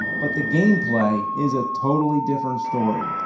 but the gameplay is a totally different story.